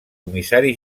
comissari